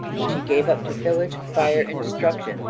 which he gave up to pillage, fire, and destruction,